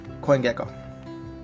CoinGecko